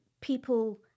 people